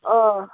ओह